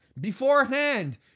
beforehand